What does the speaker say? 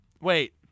Wait